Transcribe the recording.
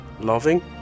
loving